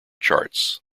charts